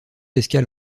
escale